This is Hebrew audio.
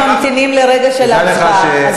אנחנו כולנו ממתינים לרגע של ההצבעה,